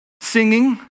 singing